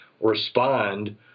respond